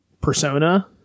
persona